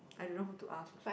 I dunno who to ask also